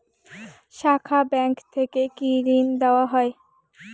শাখা ব্যাংক থেকে কি ঋণ দেওয়া হয়?